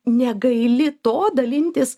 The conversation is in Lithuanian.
negaili to dalintis